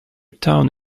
town